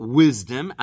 wisdom